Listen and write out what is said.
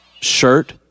shirt